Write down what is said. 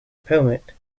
pelmet